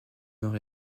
nord